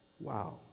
Wow